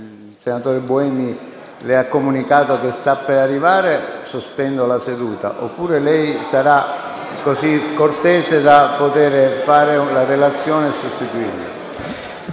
il senatore Buemi le ha comunicato che sta per arrivare, posso sospendere la seduta oppure lei sarà così cortese da fare la relazione e sostituirlo.